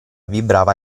vibrava